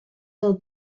del